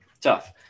Tough